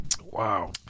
Wow